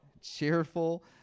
Cheerful